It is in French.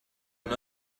une